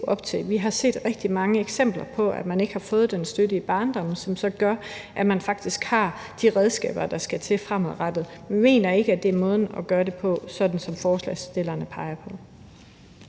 sit liv. Vi har set rigtig mange eksempler på, at man ikke har fået den støtte i barndommen, som gør, at man faktisk har de redskaber, der skal til fremadrettet. Vi mener ikke, at det, som forslagsstillerne peger på,